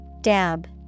Dab